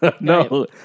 No